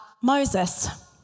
Moses